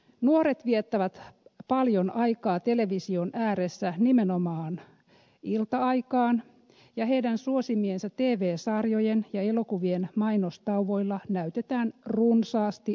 nuoret viettävät paljon aikaa television ääressä nimenomaan ilta aikaan ja heidän suosimiensa tv sarjojen ja elokuvien mainostauoilla näytetään runsaasti alkoholimainoksia